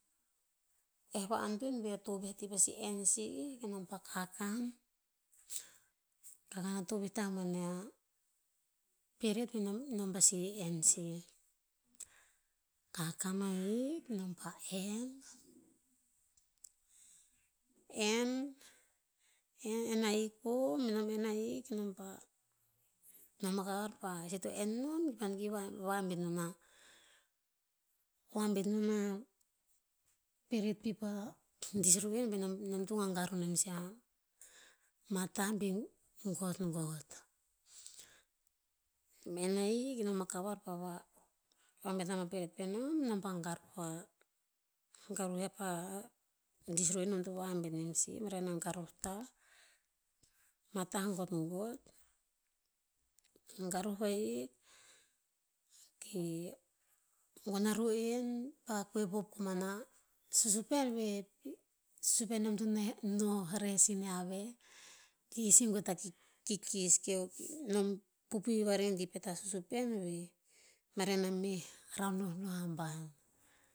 Eh va antoen veh a tovih a ti pasi enn sih kenom pa kakan, kakan a tovih tah mana peret e nom- nom pasi enn sih. Kakan ahik nom pah enn, enn, enn, enn ahik po, be nom enn ahik, ke nom pah nom a kavar pa, e seh to enn non, kipah no ki va- vabet non a vabet non a peret pi pah dis ru'en be nom- nom to gagaruh sia ma tah viu gotgot. Me nei kinom a kavakava, pa vabet ama peret penom, nom pah garuh a- garuh a pah dis ru'en nom to vabet nem sih maren a garuh tah, mah tah gotgot, garuh vahik. Ok, gon a ru'en pa koep hop koman ah susupen veh, susupen nom to noh res iniah veh. Ki sih goe ta ki- kikis nom puipui va redi pet a susupen veh. Maren a meh raon nohnoh aban.